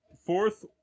Fourth